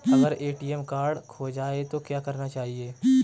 अगर ATM card खो जाए तो क्या करना चाहिए?